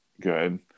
good